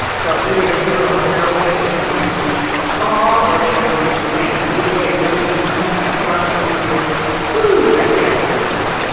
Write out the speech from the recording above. so either the hero or heroine is going to fall or they are going to win. but either way, you've been through some kind of process where you can just woo exhale afterward.